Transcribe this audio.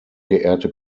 geehrte